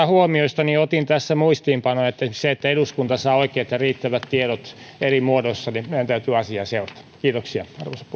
huomioista otin tässä muistiinpanoja esimerkiksi sitä että eduskunta saa oikeat ja riittävät tiedot eri muodoissa meidän täytyy seurata kiitoksia